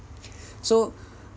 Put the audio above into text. so